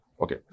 Okay